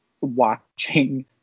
watching